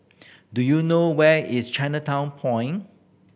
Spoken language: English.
do you know where is Chinatown Point